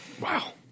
Wow